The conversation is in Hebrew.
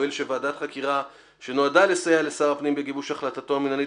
הואיל וועדת החקירה שנועדה לסייע לשר הפנים בגיבוש החלטתו המנהלית